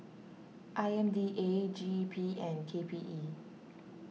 I M D A G E P and K P E